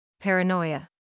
paranoia